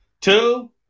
two